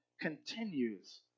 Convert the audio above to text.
continues